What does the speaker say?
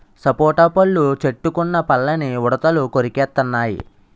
సపోటా పళ్ళు చెట్టుకున్న పళ్ళని ఉడతలు కొరికెత్తెన్నయి